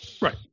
Right